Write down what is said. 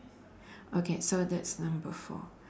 okay so that's number four